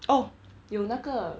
oh 有那个